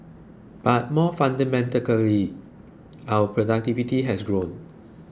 but more fundamentally our productivity has grown